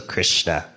Krishna